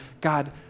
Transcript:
God